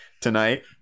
Tonight